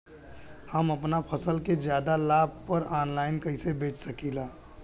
हम अपना फसल के ज्यादा लाभ पर ऑनलाइन कइसे बेच सकीला?